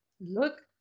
Look